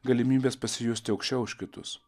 galimybės pasijusti aukščiau už kitus